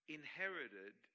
inherited